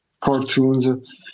cartoons